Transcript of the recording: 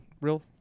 real